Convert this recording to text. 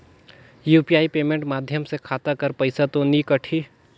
UPI payment माध्यम से खाता कर पइसा तो नी कटही?